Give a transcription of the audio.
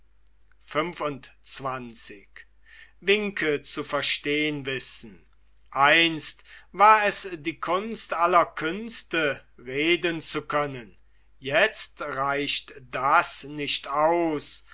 einst war es die kunst aller künste reden zu können jetzt reicht das nicht aus